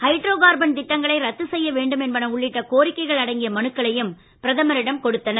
hydro carbon திட்டங்களை ரத்து செய்ய வேண்டும் என்பன உள்ளிட்ட கோரிக்கைகள் அடங்கிய மனுக்களையும் பிரதமரிடம் கொடுத்தனர்